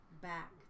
back